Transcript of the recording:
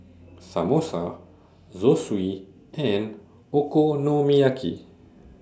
Samosa Zosui and Okonomiyaki